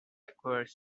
acquire